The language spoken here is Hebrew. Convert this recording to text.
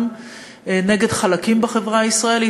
גם נגד חלקים בחברה הישראלית,